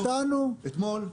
נתנו, אתמול.